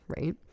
right